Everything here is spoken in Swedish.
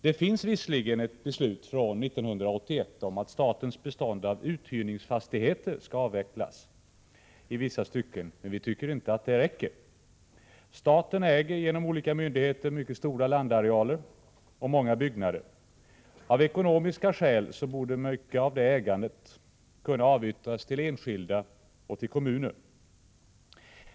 Det finns visserligen ett beslut från 1981 om att statens bestånd av uthyrningsfastigheter skall avvecklas i vissa stycken, men vi tycker inte att det räcker. Staten äger genom olika myndigheter mycket stora landarealer och många byggnader. Av ekonomiska skäl borde mycket av detta ägande kunna avyttras till enskilda och till kommuner.